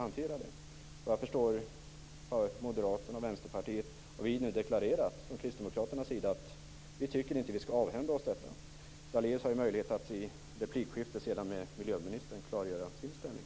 Såvitt jag förstår har Moderaterna och Vänsterpartiet, liksom vi kristdemokrater, deklarerat uppfattningen att vi inte skall avhända oss detta. Lennart Daléus har möjlighet att i replikskiftet med miljöministern klargöra sin ställning.